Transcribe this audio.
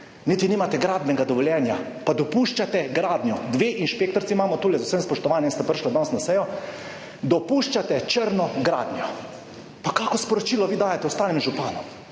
Niti nimate gradbenega dovoljenja, pa dopuščate gradnjo. 2 inšpektorici imamo tule, z vsem spoštovanjem, sta prišli danes na sejo, dopuščate črno gradnjo. Pa kakšno sporočilo vi dajete ostalim županom?